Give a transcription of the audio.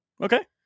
Okay